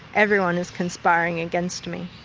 everyone is conspiring against me.